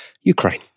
Ukraine